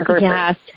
Yes